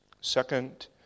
Second